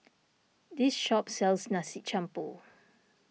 this shop sells Nasi Campur